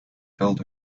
filled